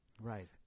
right